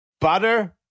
butter